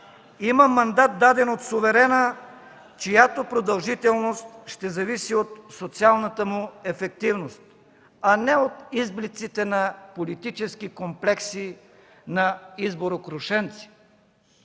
Има мандат, даден от суверена, чиято продължителност ще зависи от социалната му ефективност, а не от изблиците на политически комплекси на изборокрушенци!